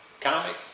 comic